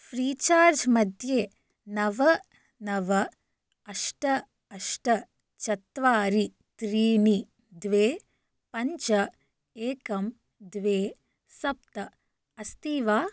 Freecharge मध्ये नव नव अष्ट अष्ट चत्वारि त्रिणि द्वे पञ्च एकं द्वे सप्त अस्ति वा